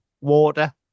Water